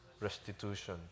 restitution